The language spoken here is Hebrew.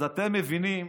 אז אתם מבינים,